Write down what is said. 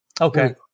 Okay